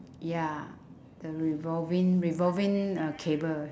ya the revolving revolving uh cable